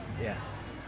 Yes